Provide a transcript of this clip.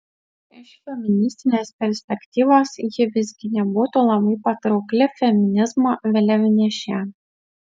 iš feministinės perspektyvos ji visgi nebūtų labai patraukli feminizmo vėliavnešė